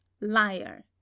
liar